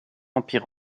empire